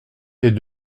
est